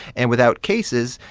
and without cases,